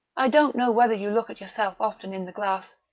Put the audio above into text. i don't know whether you look at yourself often in the glass,